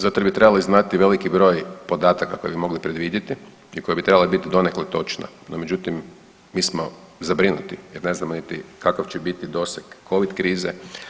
Zato jer bi trebali znati veliki broj podataka koje bi mogli predvidjeti i koji bi trebali biti donekle točna, no međutim mi smo zabrinuti jer ne znamo niti kakav će biti doseg Covid krize.